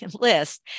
List